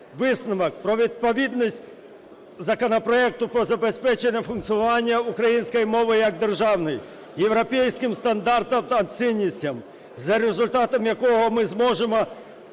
висновок про відповідність законопроекту про забезпечення функціонування української мови як державної європейським стандартам та цінностям, за результатом якого ми зможемо